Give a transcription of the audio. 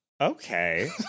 Okay